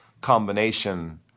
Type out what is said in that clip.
combination